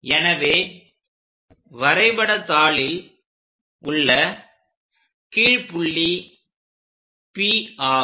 எனவே வரைபட தாளில் உள்ள கீழ் புள்ளி P ஆகும்